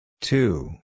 two